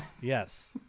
Yes